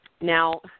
Now